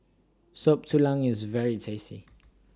Soup Tulang IS very tasty